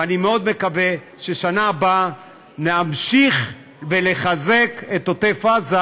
ואני מאוד מקווה שבשנה הבאה נמשיך ונחזק את עוטף עזה,